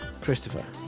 Christopher